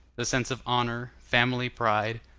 the sense of honor, family pride,